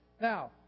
now